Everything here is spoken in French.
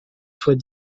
soit